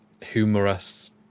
humorous